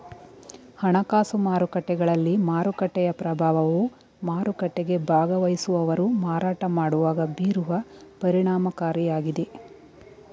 ಹಣಕಾಸು ಮಾರುಕಟ್ಟೆಗಳಲ್ಲಿ ಮಾರುಕಟ್ಟೆಯ ಪ್ರಭಾವವು ಮಾರುಕಟ್ಟೆಗೆ ಭಾಗವಹಿಸುವವರು ಮಾರಾಟ ಮಾಡುವಾಗ ಬೀರುವ ಪರಿಣಾಮಕಾರಿಯಾಗಿದೆ